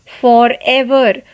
Forever